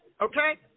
okay